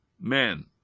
men